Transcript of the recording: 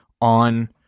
on